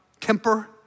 temper